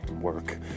work